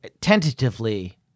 tentatively